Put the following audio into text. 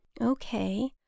Okay